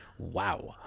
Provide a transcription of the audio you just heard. Wow